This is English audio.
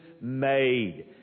made